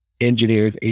Engineers